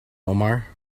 omar